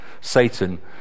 Satan